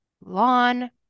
lawn